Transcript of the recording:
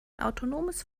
autonomes